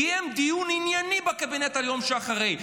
קיים דיון ענייני בקבינט על היום שאחרי,